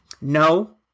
No